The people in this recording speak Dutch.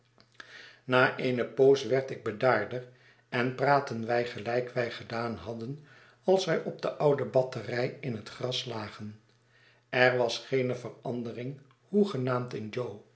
na eene poos werd ik bedaarder en praatten wij gelijk wij gedaan hadden als wij op de oude batterij in het gras lagen er was geene verandering hoegenaamd in jo